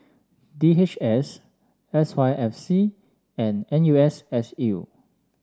D H S S Y F C and N U S S U